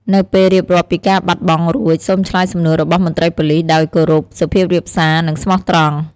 នៅពេលរៀបរាប់ពីការបាត់បង់រួច សូមឆ្លើយសំណួររបស់មន្ត្រីប៉ូលីសដោយ គោរព សុភាពរាបសារ និងស្មោះត្រង់។